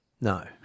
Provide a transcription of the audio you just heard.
No